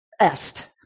Est